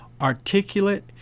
articulate